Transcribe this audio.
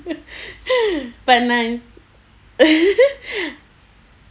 but now